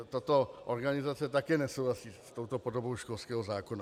Tato organizace také nesouhlasí s touto podobou školského zákona.